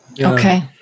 Okay